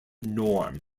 norm